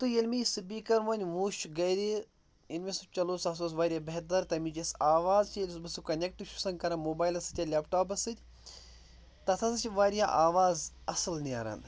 تہٕ ییٚلہِ مےٚ یہِ سُپیٖکَر وۄنۍ وُچھ گَرِ ییٚلہِ مےٚ سُہ چلو سُہ ہَسا اوس واریاہ بہتر تمِچ یَس آواز چھِ ییٚلہِ سُہ بہٕ سُہ کۄنٮ۪کٹ چھُس کَران موبایلَس سۭتۍ یا لٮ۪پٹاپَس سۭتۍ تَتھ ہسا چھِ واریاہ آواز اَصٕل نیران